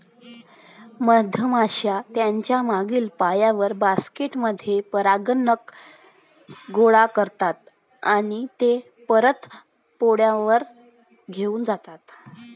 मधमाश्या त्यांच्या मागील पायांवर, बास्केट मध्ये परागकण गोळा करतात आणि ते परत पोळ्यावर घेऊन जातात